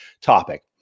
topic